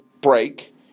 break